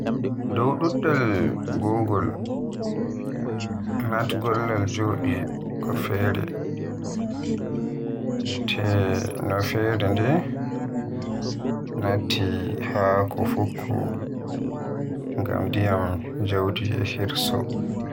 Dow ɗuɗɗal gògol, naat gollal jooɗi ko feere, tee no feere nde nàttii ha ko puccu ngam ndiyam jawdi e hirsugo.